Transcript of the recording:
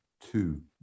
two